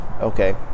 Okay